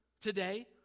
today